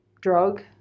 drug